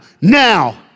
Now